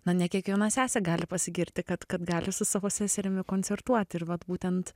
na ne kiekviena sesė gali pasigirti kad kad gali su savo seserimi koncertuoti ir vat būtent